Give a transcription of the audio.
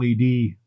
LED